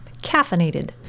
Caffeinated